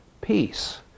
peace